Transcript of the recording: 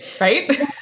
right